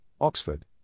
Oxford